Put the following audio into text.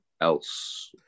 else